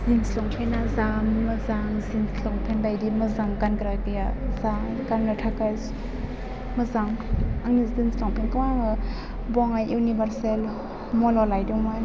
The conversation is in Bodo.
जिन्स लंफेना जा मोजां जिन्स लंपेन्ट बायदि मोजां गानग्रा गैया जा गाननो थाखाय मोजां आङो जिन्स लंपेनखौ आङो बङाइ इउनिभार्सेल मलआव लायदोंमोन